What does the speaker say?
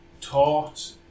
taught